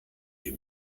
die